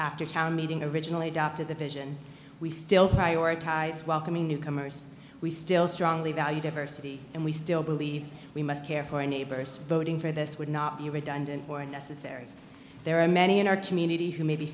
after town meeting originally dop to the vision we still prioritize welcoming newcomers we still strongly value diversity and we still believe we must care for neighbors voting for this would not be redundant or necessary there are many in our community who may be